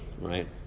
right